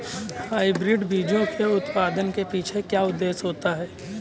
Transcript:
Hybrid बीजों के उत्पादन के पीछे क्या उद्देश्य होता है?